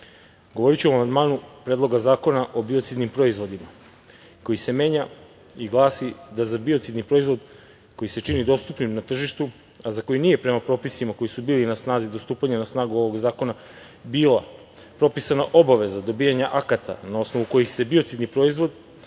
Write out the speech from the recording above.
govoriću vam o amandmanu Predloga zakona o biocidnim proizvodima koji se menja i glasi da za biocidni proizvod koji se čini dostupnim na tržištu, a za koji nije prema propisima koji su bili na snazi do stupanja na snagu ovog zakona bila propisana obaveza dobijanja akata na osnovu kojih se biocidni proizvod